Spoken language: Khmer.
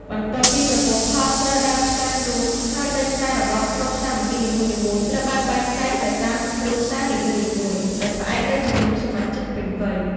បន្ទាប់ពីប្រមូលផលស្រូវដើមឆ្នាំរួម ហើយដីស្រែរបស់ក្រុមសាមគ្គីនីមួយៗត្រូវបានបែងចែកទៅតាមគ្រួសារនីមួយៗ ដោយផ្អែកលើចំនួនសមាជិកពេញវ័យ។